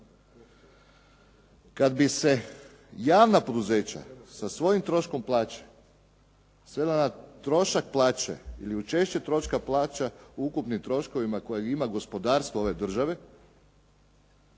Kad bi se javna poduzeća sa svojim troškom plaće svela na trošak plaće ili učešće troška plaće u ukupnim troškovima kojeg ima gospodarstvo ove države,